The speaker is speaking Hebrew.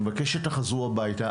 אני מבקש שתחזרו הביתה,